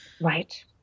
right